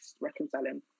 reconciling